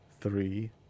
three